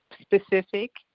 specific